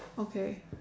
okay